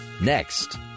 Next